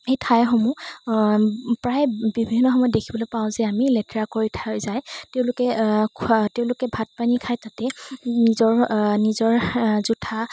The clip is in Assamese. এই ঠাইসমূহ প্ৰায় বিভিন্ন সময়ত দেখিবলৈ পাওঁ যে আমি লেতেৰা কৰি থৈ যায় তেওঁলোকে খোৱা তেওঁলোকে ভাত পানী খাই তাতে নিজৰ নিজৰ জোঠা